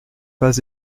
pas